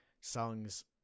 Songs